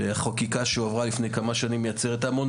שחקיקה שהועברה לפני כמה שנים מייצרת המון